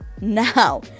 now